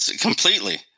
completely